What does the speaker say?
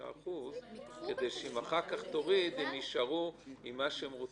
ה-25% כדי שאם אחר כך תוריד הם יישארו עם מה שהם רוצים?